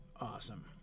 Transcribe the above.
awesome